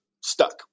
stuck